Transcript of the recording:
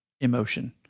emotion